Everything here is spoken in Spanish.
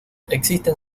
existen